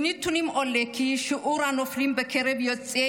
מהנתונים עולה כי שיעור הנופלים בקרב יוצאי